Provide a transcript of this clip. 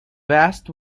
vast